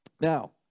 Now